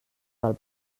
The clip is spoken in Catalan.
del